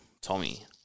Tommy